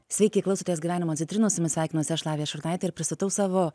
sveiki klaustotės gyvenimo citrinos su jumis sveikinuosi aš lavija šurnaitė ir pristatau savo